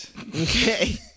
Okay